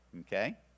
okay